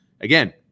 Again